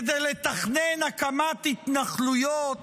כדי לתכנן הקמת התנחלויות.